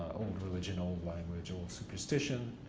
old religion, old language, old superstition,